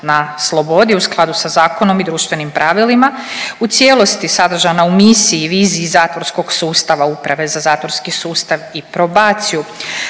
na slobodi u skladu sa zakonom i društvenim pravilima u cijelosti sadržana u misiji i viziji zatvorskog sustava uprave za zatvorski sustav i probaciju.